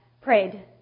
prayed